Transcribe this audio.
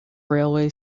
railway